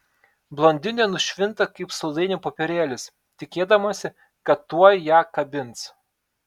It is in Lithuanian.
blondinė nušvinta kaip saldainio popierėlis tikėdamasi kad tuoj ją kabins